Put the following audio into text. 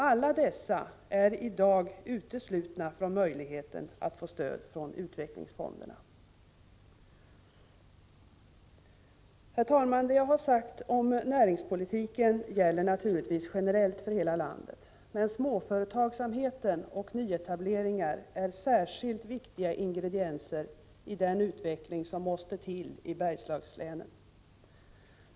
Alla dessa är i dag uteslutna från möjligheten att få stöd från U-fonden. Herr talman! Det jag har sagt om näringspolitiken gäller naturligtvis generellt för hela landet, men småföretagsamheten och nyetableringar är särskilt viktiga ingredienser i den utveckling som måste till i Bergslagslänen.